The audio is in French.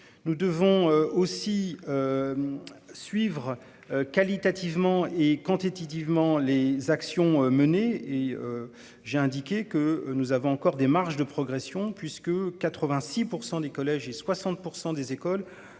Nous devons aussi. Suivre qualitativement et quand est. Les actions menées et. J'ai indiqué que nous avons encore des marges de progression puisque 86% des collèges et 60% des écoles